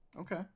Okay